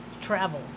travel